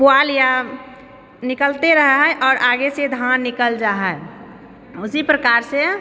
पुआल या निकलते रहै हय आओर आगेसँ धान निकल जा हय उसी प्रकारसे